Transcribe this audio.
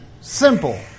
simple